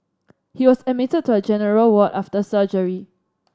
he was admitted to a general ward after surgery